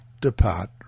depart